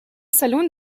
salon